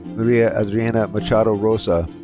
maria andreina machado rosa.